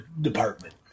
department